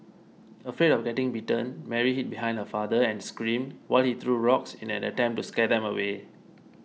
afraid of getting bitten Mary hid behind her father and screamed while he threw rocks in an attempt to scare them away